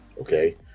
okay